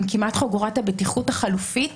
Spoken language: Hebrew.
הם כמעט חגורת הבטיחות החלופית